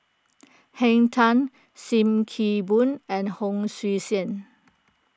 Henn Tan Sim Kee Boon and Hon Sui Sen